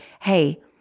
hey